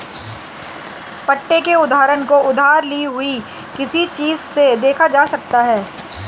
पट्टे के उदाहरण को उधार ली हुई किसी चीज़ से देखा जा सकता है